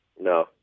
No